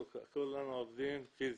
אנחנו כולנו עובדים פיזית,